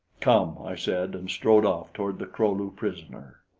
come! i said, and strode off toward the kro-lu prisoner.